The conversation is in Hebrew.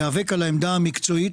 להיאבק על העמדה המקצועית.